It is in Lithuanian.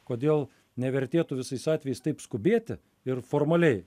kodėl nevertėtų visais atvejais taip skubėti ir formaliai